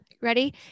ready